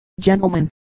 gentlemen